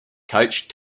coach